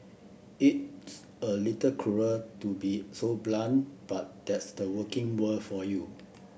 it's a little cruel to be so blunt but that's the working world for you